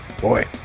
Boy